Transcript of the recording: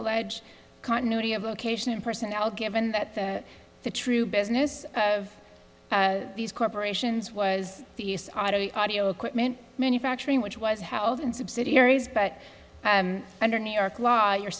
allege continuity of location and personnel given that the true business of these corporations was audio equipment manufacturing which was held in subsidiaries but under new york law you're